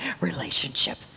relationship